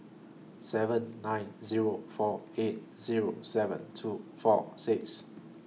seven nine Zero four eight Zero seven two four six